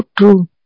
true